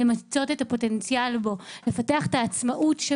למצות את הפוטנציאל שבו,